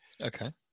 Okay